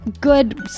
good